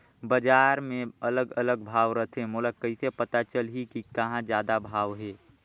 बजार मे अलग अलग भाव रथे, मोला कइसे पता चलही कि कहां जादा भाव हे?